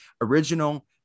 original